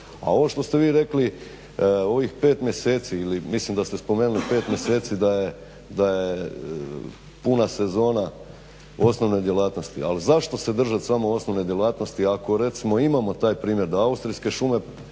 A ovo što ste vi rekli ovih 5 mjeseci, mislim da ste spomenuli 5 mjeseci da je puna sezona osnovne djelatnosti, ali zašto se držati samo osnovne djelatnosti ako recimo imamo taj primjer da austrijske šume